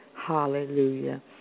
Hallelujah